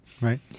Right